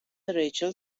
ریچل